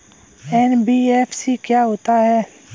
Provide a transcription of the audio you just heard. NBFC क्या होता है?